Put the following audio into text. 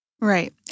Right